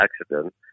accident